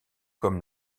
comme